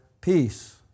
peace